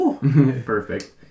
Perfect